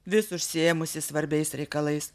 vis užsiėmusi svarbiais reikalais